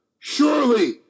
Surely